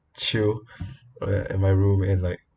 chill uh in my room and like